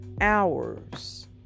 hours